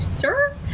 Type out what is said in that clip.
Sure